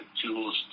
tools